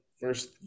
first